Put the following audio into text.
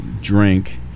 drink